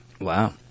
Wow